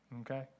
Okay